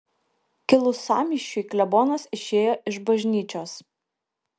kilus sąmyšiui klebonas išėjo iš bažnyčios